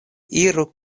iru